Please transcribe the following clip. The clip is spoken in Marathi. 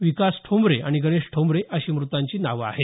विकास ठोंबरे आणि गणेश ठोंबरे अशी मृतांची नावं आहेत